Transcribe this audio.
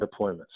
deployments